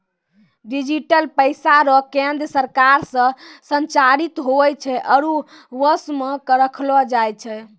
digital पैसा रो केन्द्र सरकार से संचालित हुवै छै आरु वश मे रखलो जाय छै